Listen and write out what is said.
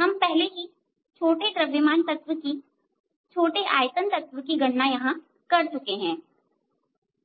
हम पहले ही छोटे द्रव्यमान तत्व की छोटे आयतन तत्व की गणना यहां कर चुके हैं